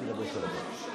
תדברי שלוש דקות.